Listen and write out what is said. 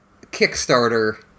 Kickstarter-